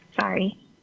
sorry